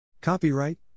Copyright